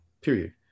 period